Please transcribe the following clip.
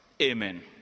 amen